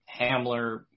Hamler